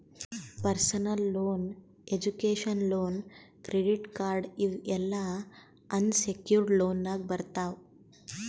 personal loan, education loan, credit card ಇವ್ ಎಲ್ಲಾ unsecured ಲೋನ್ನಾಗ್ ಬರ್ತಾವ್